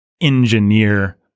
engineer